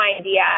idea